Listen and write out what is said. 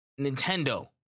nintendo